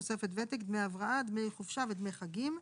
תוספת וותק, דמי הבראה, דמי חופשה ודמי חגים.